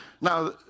Now